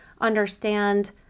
understand